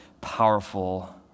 powerful